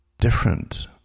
Different